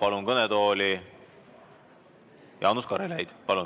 Palun kõnetooli Jaanus Karilaidi.